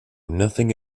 nothing